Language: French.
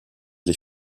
les